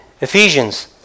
Ephesians